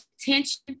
attention